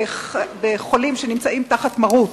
בחולים שנמצאים תחת מרות,